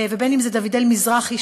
ובין שזה של דוד-אל מזרחי,